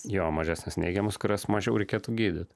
jo mažesnes neigiamas kurias mažiau reikėtų gydyt